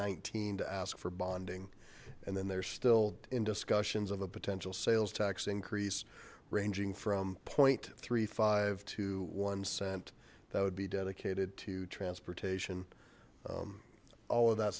nineteen to ask for bonding and then there's still in discussions of a potential sales tax increase ranging from zero thirty five to one cent that would be dedicated to transportation all of that